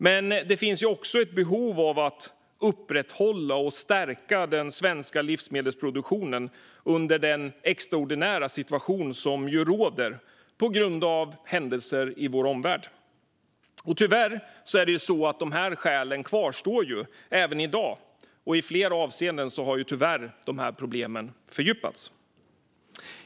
Men det finns också ett behov av att upprätthålla och stärka svensk livsmedelsproduktion i den extraordinära situation som råder på grund av händelserna i omvärlden. Tyvärr kvarstår skälen även i dag, och i flera avseenden har problemen fördjupats.